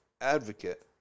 advocate